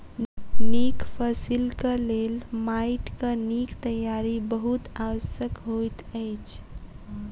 नीक फसिलक लेल माइटक नीक तैयारी बहुत आवश्यक होइत अछि